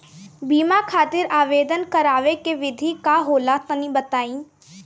बीमा खातिर आवेदन करावे के विधि का होला तनि बताईं?